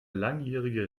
langjährige